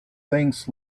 things